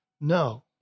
No